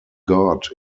god